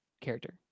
character